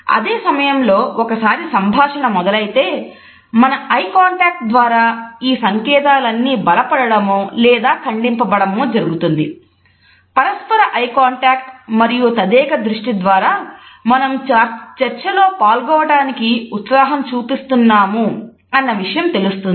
అదే సమయంలో ఒకసారి సంభాషణ మొదలైతే మన ఐ కాంటాక్ట్ మరియు తదేక దృష్టి ద్వారా మనం చర్చలో పాల్గొనటానికి ఉత్సాహం చూపిస్తున్నాము అన్న విషయం తెలుస్తుంది